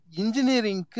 engineering